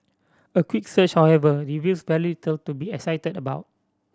a quick search however reveals very little to be excited about